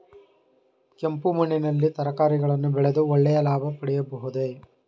ಕೆಂಪು ಮಣ್ಣಿನಲ್ಲಿ ತರಕಾರಿಗಳನ್ನು ಬೆಳೆದು ಒಳ್ಳೆಯ ಲಾಭ ಪಡೆಯಬಹುದೇ?